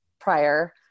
prior